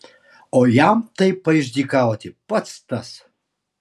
o jam taip paišdykauti pats tas